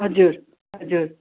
हजुर हजुर